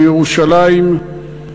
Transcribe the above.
בירושלים,